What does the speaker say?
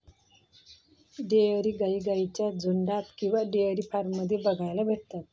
dairy गाई गाईंच्या झुन्डात किंवा डेयरी फार्म मध्ये बघायला भेटतात